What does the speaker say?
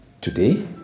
today